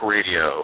Radio